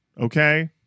Okay